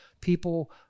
people